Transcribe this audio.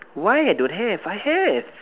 why I don't have I have